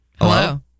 Hello